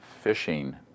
fishing